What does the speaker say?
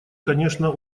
конечно